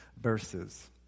verses